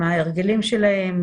עם ההרגלים שלהם,